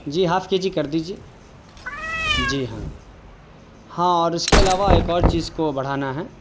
جی half کے جی کر دیجیے جی ہاں ہاں اور اس کے علاوہ ایک اور چیز کو بڑھانا ہیں